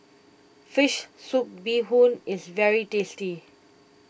Fish Soup Bee Hoon is very tasty